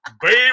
baby